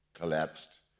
collapsed